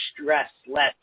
stress-less